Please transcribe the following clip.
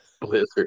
blizzard